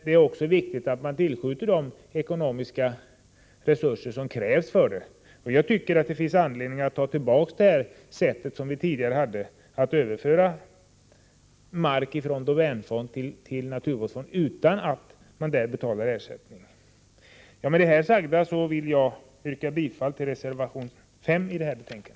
Det är därför viktigt att man tillskjuter de ekonomiska resurser som krävs. Jag tycker att det finns anledning att övergå till den tidigare modellen — där man överför mark från domänfond till naturvårdsfond, utan att man betalar någon ersättning. Med det sagda vill jag yrka bifall till reservation 5 i betänkandet.